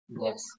Yes